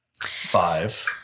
Five